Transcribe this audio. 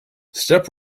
step